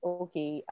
okay